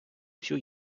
всю